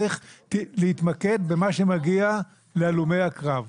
צריך להתמקד במה שמגיע להלומי הקרב.